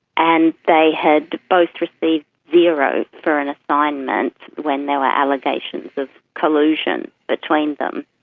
and they had both received zero for an assignment when there were allegations of collusion between them.